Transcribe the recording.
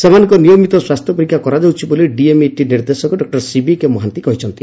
ସେମାନଙ୍କ ନିୟମିତ ସ୍ୱାସ୍ଥ୍ୟ ପରୀକ୍ଷା କରାଯାଉଛି ବୋଲି ଡିଏମଇଟି ନିର୍ଦ୍ଦେଶକ ଡକୁର ସିବିକେ ମହାନ୍ତି କହିଛନ୍ତି